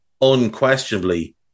unquestionably